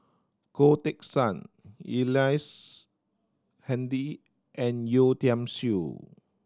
Goh Teck Sian Ellice Handy and Yeo Tiam Siew